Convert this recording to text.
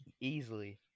Easily